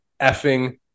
effing